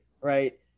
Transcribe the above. right